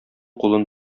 кулын